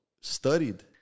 studied